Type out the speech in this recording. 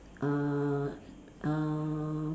uh err